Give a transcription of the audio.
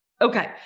okay